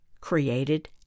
created